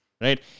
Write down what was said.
right